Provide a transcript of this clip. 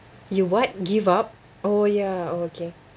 you what give up oh ya oh okay